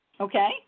Okay